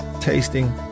tasting